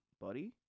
buddy